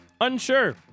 unsure